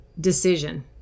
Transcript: decision